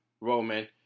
Roman